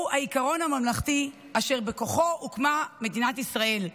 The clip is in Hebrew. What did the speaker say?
הוא העיקרון הממלכתי אשר בכוחו הוקמה מדינת ישראל.